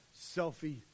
selfie